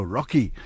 Rocky